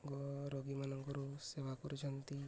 ଗୋ ରୋଗୀମାନଙ୍କରୁ ସେବା କରିଛନ୍ତି